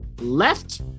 left